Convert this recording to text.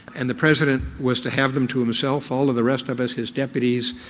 and the president was to have them to himself, all of the rest of us, his deputies,